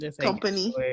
company